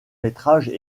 métrages